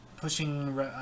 pushing